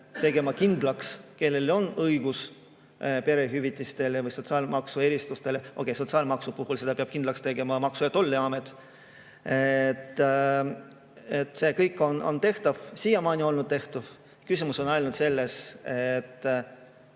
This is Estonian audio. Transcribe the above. tegema kindlaks, kellel on õigus perehüvitistele ja sotsiaalmaksu erisustele. Okei, sotsiaalmaksu puhul peab selle kindlaks tegema Maksu- ja Tolliamet. See kõik on tehtav, on siiamaani olnud tehtav. Küsimus on ainult selles,